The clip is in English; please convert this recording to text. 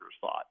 thought